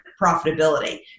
profitability